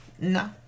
No